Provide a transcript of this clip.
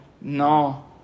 no